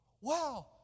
Wow